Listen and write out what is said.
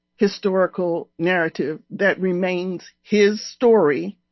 historical narrative that remains his story.